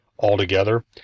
Altogether